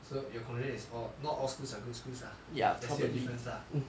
so your conclusion is all not all schools are good schools lah just see the difference lah